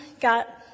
got